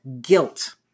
guilt